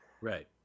right